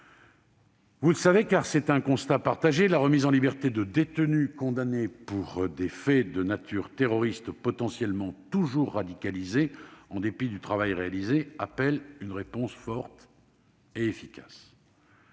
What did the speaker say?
du renseignement. C'est un constat partagé : la remise en liberté de détenus condamnés pour des faits de nature terroriste, potentiellement toujours radicalisés en dépit du travail réalisé, appelle une réponse forte et efficace.